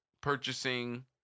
purchasing